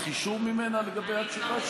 אני צריך אישור ממנה לגבי התשובה שלי?